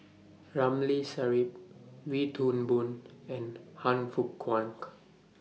Ramli Sarip Wee Toon Boon and Han Fook Kwang